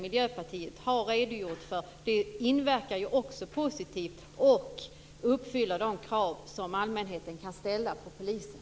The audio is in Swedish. Miljöpartiet har redogjort för inverkar också positivt och uppfyller de krav som allmänheten kan ställa på polisen.